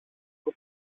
που